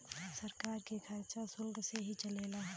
सरकार के खरचा सुल्क से ही चलेला